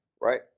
right